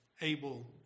Abel